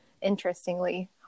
interestingly